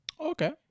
Okay